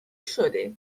شده